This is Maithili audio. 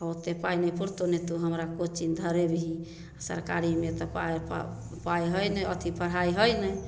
आ ओते पाइ नहि पूरतौ नहि तू हमरा कोचिंग धरेबही सरकारीमे तऽ पाइ है नहि अथी पढ़ाइ है नहि